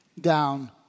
down